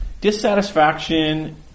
dissatisfaction